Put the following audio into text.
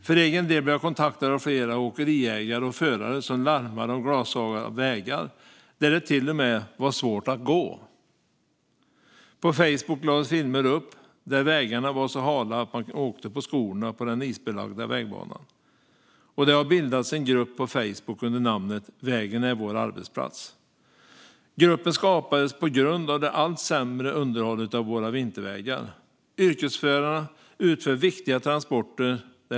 För egen del blev jag kontaktad av flera åkeriägare och förare som larmade om glashala vägar där det till och med var svårt att gå. På Facebook lades filmer upp som visade att vägarna var så hala att man åkte på skorna på den isbelagda vägbanan. Det har bildats en grupp på Facebook under namnet Vägen är vår arbetsplats. Gruppen skapades på grund av det allt sämre underhållet av våra vintervägar. Yrkesförarna utför viktiga transporter.